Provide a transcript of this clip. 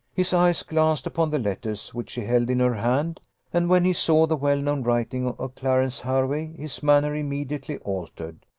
his eyes glanced upon the letters which she held in her hand and when he saw the well-known writing of clarence hervey, his manner immediately altered,